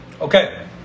Okay